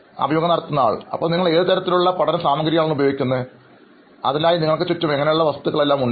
അഭിമുഖം നടത്തുന്നയാൾ അപ്പോൾ നിങ്ങൾ ഏതു തരത്തിലുള്ള പഠനസാമഗ്രികൾ ആണ് ഉപയോഗിക്കുന്നത് അതിനായി നിങ്ങൾക്ക് ചുറ്റും എങ്ങനെയുള്ള വസ്തുക്കളെല്ലാം ഉണ്ട്